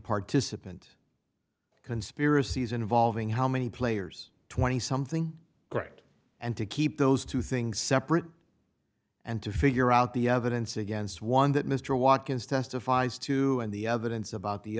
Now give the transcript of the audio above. participant conspiracies involving how many players twenty something great and to keep those two things separate and to figure out the evidence against one that mr watkins testifies to and the evidence about the